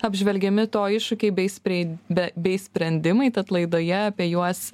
apžvelgiami to iššūkiai bei spreid be bei sprendimai tad laidoje apie juos